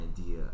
idea